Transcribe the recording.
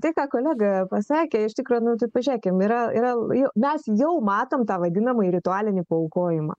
tai ką kolega pasakė iš tikro nu tai pažėkim yra yra ir mes jau matom tą vadinamąjį ritualinį paaukojimą